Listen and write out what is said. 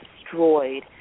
destroyed